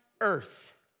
earth